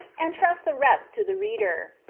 and trust the rest to the reader.